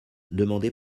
demandée